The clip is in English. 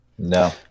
no